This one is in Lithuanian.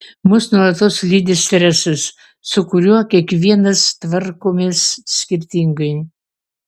mus nuolatos lydi stresas su kuriuo kiekvienas tvarkomės skirtingai